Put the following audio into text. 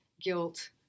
Guilt